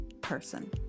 person